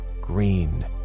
green